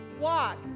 walk